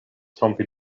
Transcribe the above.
trompi